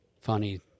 Funny